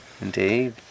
indeed